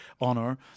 honor